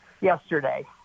yesterday